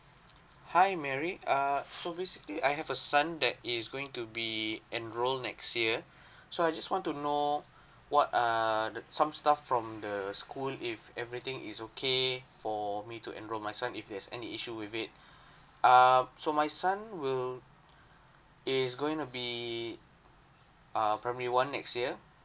hi mary err so basically I have a son that is going to be enrol next year so I just want to know what err some stuff from the school if everything is okay for me to enrol my son if there's any issue with it err so my son will is going to be err primary one next year